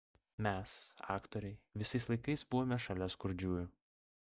mes aktoriai visais laikais buvome šalia skurdžiųjų